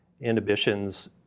inhibitions